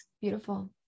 Beautiful